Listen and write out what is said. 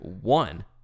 One